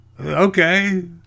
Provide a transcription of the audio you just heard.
Okay